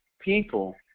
people